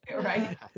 Right